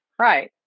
Right